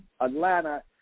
Atlanta